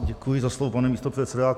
Děkuji za slovo, pane místopředsedo.